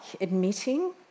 admitting